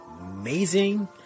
amazing